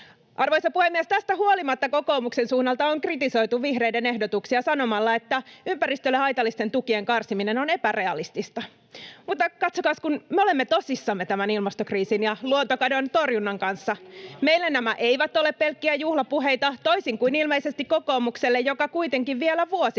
Arvoisa puhemies! Tästä huolimatta kokoomuksen suunnalta on kritisoitu vihreiden ehdotuksia sanomalla, että ympäristölle haitallisten tukien karsiminen on epärealistista. Mutta katsokaas, kun me olemme tosissamme tämän ilmastokriisin ja luontokadon torjunnan kanssa. [Ben Zyskowicz: Miksi te ette karsineet niitä omalla vaalikaudellanne?] Meille nämä eivät ole pelkkiä juhlapuheita, toisin kuin ilmeisesti kokoomukselle, joka kuitenkin vielä vuosi